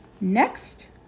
Next